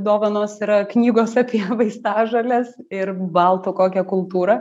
dovanos yra knygos apie vaistažoles ir baltų kokią kultūrą